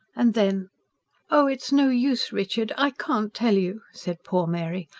and then oh, it's no use, richard, i can't tell you! said poor mary.